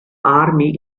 army